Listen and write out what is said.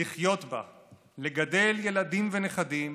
לחיות בה, לגדל ילדים ונכדים